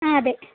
ആ അതെ